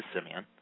Simeon